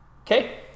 Okay